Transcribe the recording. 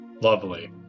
Lovely